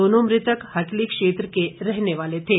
दोनों मृतक हटली क्षेत्र के रहने वाले थे